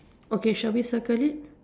no shall we circle it